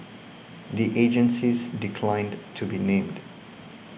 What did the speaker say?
the agencies declined to be named